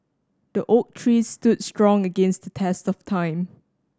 the oak tree stood strong against the test of time